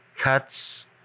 Cuts